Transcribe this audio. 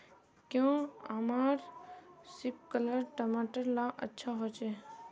क्याँ हमार सिपकलर टमाटर ला अच्छा होछै?